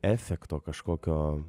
efekto kažkokio